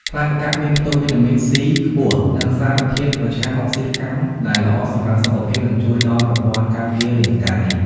ផ្លែម្កាក់មានផ្ទុកវីតាមីន C ខ្ពស់ និងសារធាតុប្រឆាំងអុកស៊ីតកម្ម ដែលល្អសម្រាប់សុខភាព និងជួយដល់ប្រព័ន្ធការពាររាងកាយ។